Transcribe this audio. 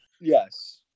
Yes